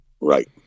Right